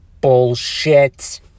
bullshit